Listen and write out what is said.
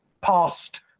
past